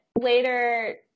later